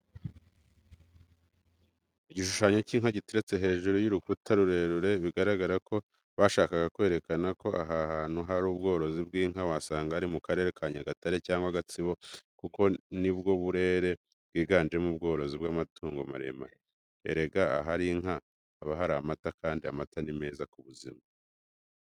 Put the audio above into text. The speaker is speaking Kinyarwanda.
Igishushanyo cy'inka giteretse hejuru y'urukuta rurerure bigaragara ko bashakaga kwerekana ko aha hantu hari ubworozi bw'inka wasanga ari mu karere ka Nyagatare cyangwa Gatsibo kuko ni bwo burere bwiganjemo ubworozi bw'amatungo maremare. Erega ahari inka haba hari amata kandi amata ni meza ku buzima.